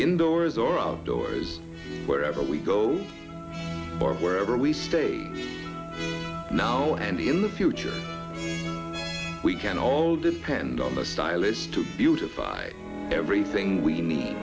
indoors or outdoors wherever we go or wherever we stay now and in the future we can all depend on the stylish to beautify everything we